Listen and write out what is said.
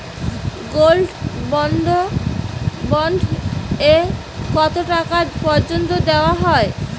Gold bond এ কতো টাকা পর্যন্ত দেওয়া হয়?